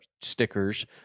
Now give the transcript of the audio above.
stickers